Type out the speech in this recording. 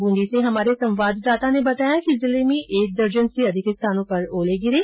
बृंदी से हमारे संवाददाता ने बताया कि जिले में एक दर्जन से अधिक स्थानों पर ओले गिरे